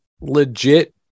legit